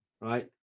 right